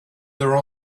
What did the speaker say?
their